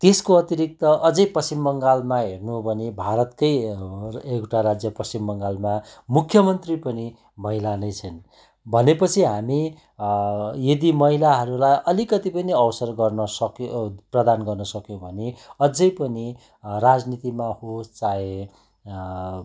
त्यसको अतिरिक्त अझै पश्चिम बङ्गालमा हेर्नु हो भने भारतकै एउटा राज्य पश्चिम बङ्गालमा मुख्यमन्त्री पनि महिला नै छिन् भने पछि हामी यदि महिलाहरूलाई अलिकति पनि हौसला गर्न सक्यो ए प्रदान गर्न सक्यो भने अझै पनि राजनीतिमा होस् चाहे